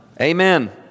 Amen